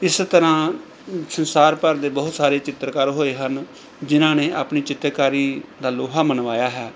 ਇਸ ਤਰ੍ਹਾਂ ਸੰਸਾਰ ਭਰ ਦੇ ਬਹੁਤ ਸਾਰੇ ਚਿੱਤਰਕਾਰ ਹੋਏ ਹਨ ਜਿਨ੍ਹਾਂ ਨੇ ਆਪਣੀ ਚਿੱਤਰਕਾਰੀ ਦਾ ਲੋਹਾ ਮਨਵਾਇਆ ਹੈ